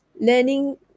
learning